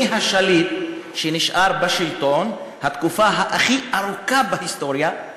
מי השליט שנשאר בשלטון במשך התקופה הכי ארוכה בהיסטוריה?